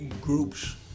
groups